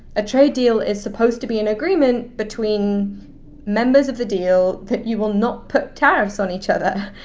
a trade deal is supposed to be an agreement between members of the deal that you will not put tariffs on each other,